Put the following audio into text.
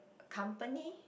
company